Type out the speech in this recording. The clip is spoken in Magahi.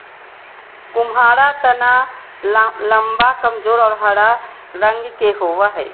कुम्हाडा तना लम्बा, कमजोर और हरा रंग के होवो हइ